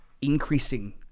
increasing